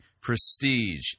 prestige